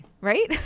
Right